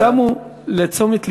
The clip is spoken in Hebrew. הביאו לתשומת לבי,